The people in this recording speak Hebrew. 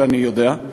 ואני יודע,